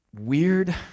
weird